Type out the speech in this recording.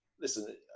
listen